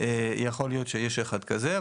יכול להיות שיש אחד כזה,